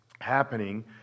happening